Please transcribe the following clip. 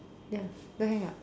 ya don't hang up